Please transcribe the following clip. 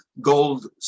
gold